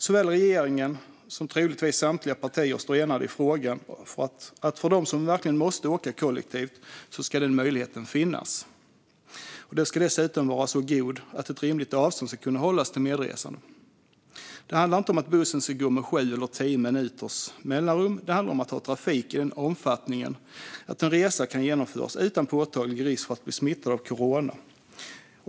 Såväl regeringen som troligtvis samtliga partier står enade i frågan att för dem som måste åka kollektivt ska den möjligheten finnas. Kollektivtrafiken ska dessutom vara så god att ett rimligt avstånd ska kunna hållas till medresande. Det handlar inte om att bussen ska gå med sju eller tio minuters mellanrum, utan det handlar om att ha trafik i den omfattning att en resa kan genomföras utan påtaglig risk för att bli smittad av corona.